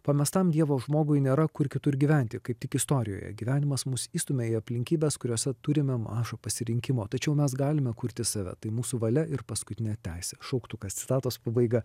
pamestam dievo žmogui nėra kur kitur gyventi kaip tik istorijoje gyvenimas mus įstumia į į aplinkybes kuriose turime maža pasirinkimo tačiau mes galime kurti save tai mūsų valia ir paskutinę teisę šauktukas citatos pabaiga